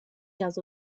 does